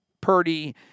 Purdy